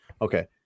Okay